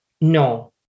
No